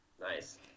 Nice